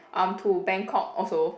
um to Bangkok also